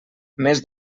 més